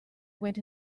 went